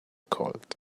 colt